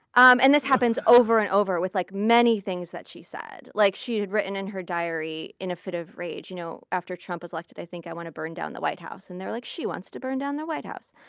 um and this happens over and over with like many things that she said. like she had written in her diary, in a fit of rage, you know after trump was elected, i think i want to burn down the white hhouse. and they're like, she wants to burn down the white house.